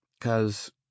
cause—